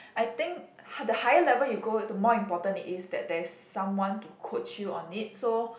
I think hi~ the higher level you go the more important it is that there is someone to coach you on it so